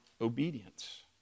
obedience